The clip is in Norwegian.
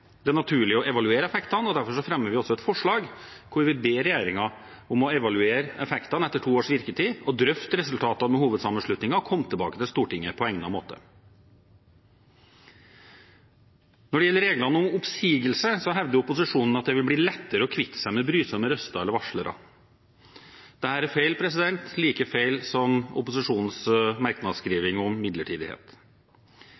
Det er naturlig å evaluere effektene, derfor fremmer vi også et forslag der vi ber regjeringen om å evaluere effektene etter to års virketid og drøfte resultatene med hovedsammenslutningene og komme tilbake til Stortinget på egnet måte. Når det gjelder reglene om oppsigelse, hevder opposisjonen at det vil bli lettere å kvitte seg med brysomme røster eller varslere. Dette er feil, like feil som opposisjonens